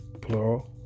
plural